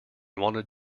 wanted